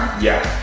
yeah.